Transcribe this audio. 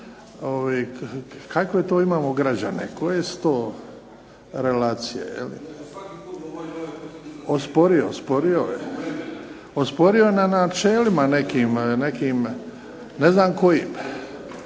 kakve to imamo građane, koje su to relacije. Osporio je na načelima nekim, ne znam kojim.